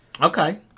Okay